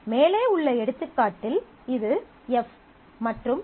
மேலே உள்ள எடுத்துக்காட்டில் இது F மற்றும் இது F ஆகும்